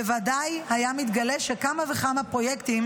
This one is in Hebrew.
בוודאי היה מתגלה שכמה וכמה פרויקטים